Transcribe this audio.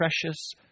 precious